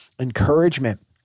encouragement